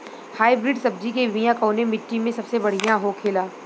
Hybrid सब्जी के बिया कवने मिट्टी में सबसे बढ़ियां होखे ला?